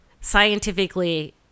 scientifically